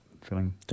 feeling